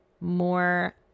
more